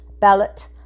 ballot